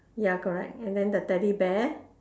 ya correct and then the teddy bear